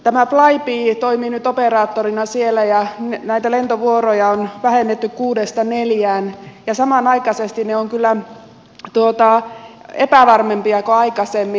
tämä flybe toimii nyt operaattorina siellä ja näitä lentovuoroja on vähennetty kuudesta neljään ja samanaikaisesti ne ovat kyllä epävarmempia kuin aikaisemmin